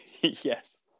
Yes